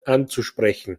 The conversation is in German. anzusprechen